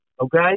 Okay